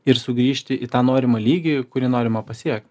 ir sugrįžti į tą norimą lygį kurį norima pasiekt